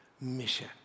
mission